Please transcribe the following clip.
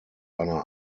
einer